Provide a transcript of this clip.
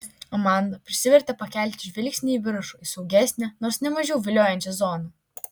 amanda prisivertė pakelti žvilgsnį į viršų į saugesnę nors ne mažiau viliojančią zoną